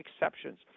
exceptions